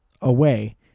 away